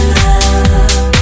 love